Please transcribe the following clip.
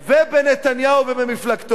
ובנתניהו ובמפלגתו.